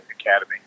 academy